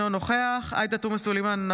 אינו נוכח עאידה תומא סלימאן,